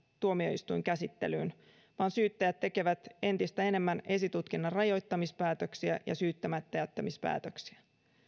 tuomioistuinkäsittelyyn vaan syyttäjät tekevät entistä enemmän esitutkinnan rajoittamispäätöksiä ja syyttämättäjättämispäätöksiä